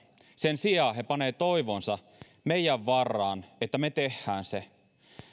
sen sijaan he panevat toivonsa meidän varaan että me teemme sen